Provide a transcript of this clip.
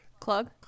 Clug